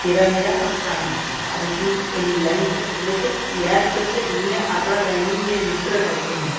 તેરા મેરા અફસાના આ રીતની એની લાઈન છે એટલે કે યાદ કરશે દુનિયા આપણા બેની જે મિત્રતા છે એને